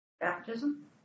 Baptism